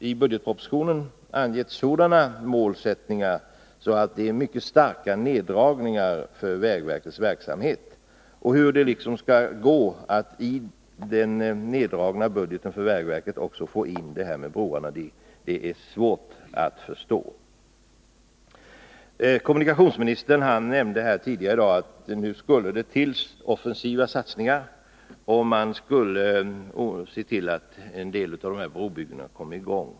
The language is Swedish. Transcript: I budgetpropositionen har man angett sådana målsättningar att det blir mycket starka neddragningar för vägverkets verksamhet. Hur det skall gå att i den neddragna budgeten för vägverket också få in detta med broarna är svårt att förstå. Kommunikationsministern nämnde tidigare i dag att nu skulle det bli offensiva satsningar, och man skulle se till att en del av dessa brobyggen kom i gång.